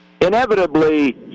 inevitably